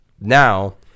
now